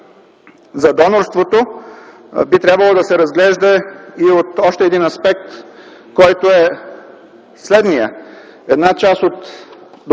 за донорството би трябвало да се разглежда и от още един аспект, който е следният: докато органите